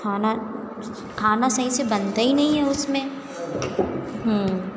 खाना खाना सही से बनता ही नहीं है उसमें हूँ